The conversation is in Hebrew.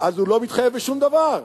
אז הוא לא מתחייב בשום דבר.